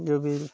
जो भी है